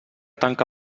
tanca